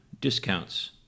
discounts